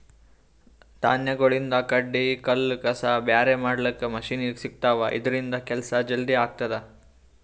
ಧಾನ್ಯಗಳಿಂದ್ ಕಡ್ಡಿ ಕಲ್ಲ್ ಕಸ ಬ್ಯಾರೆ ಮಾಡ್ಲಕ್ಕ್ ಮಷಿನ್ ಸಿಗ್ತವಾ ಇದ್ರಿಂದ್ ಕೆಲ್ಸಾ ಜಲ್ದಿ ಆಗ್ತದಾ